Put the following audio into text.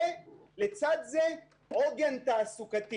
ולצד זה עוגן תעסוקתי.